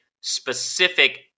specific